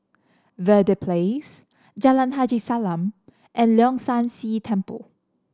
Verde Place Jalan Haji Salam and Leong San See Temple